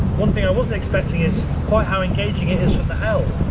one thing i wasn't expecting is quite how engaging it is from the helm.